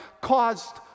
caused